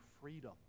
freedom